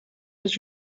was